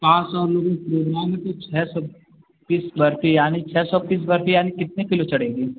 पाँच सौ लोगों को लेना है तो छः सौ पीस बर्फी यानि छः सौ पीस बर्फी यानि कितने किलो चढ़ेगी